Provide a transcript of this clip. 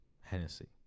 Hennessy